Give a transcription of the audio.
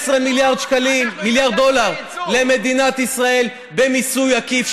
15 מיליארד דולר למדינת ישראל במיסוי עקיף,